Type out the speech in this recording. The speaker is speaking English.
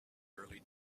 early